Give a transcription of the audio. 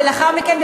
ולאחר מכן,